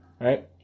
right